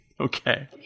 Okay